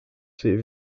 ses